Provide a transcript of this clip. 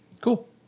cool